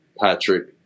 Patrick